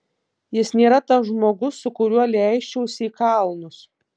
jis nėra tas žmogus su kuriuo leisčiausi į kalnus